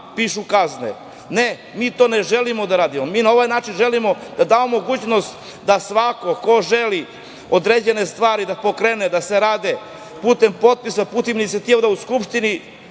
piše kazna. Ne, mi to ne želimo da radimo. Mi na ovaj način želimo da damo mogućnost da svako ko želi određene stvari da pokrene da se rade putem potpisa, putem inicijativa, da u Skupštini